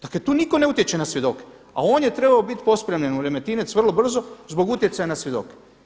Dakle tu nitko ne utječe na svjedoke a on je trebao biti pospremljen u Remetinec vrlo brzo zbog utjecaja na svjedoke.